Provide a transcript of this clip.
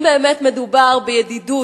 אם באמת מדובר בידידות,